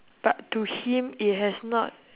but to him it has not